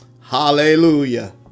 Hallelujah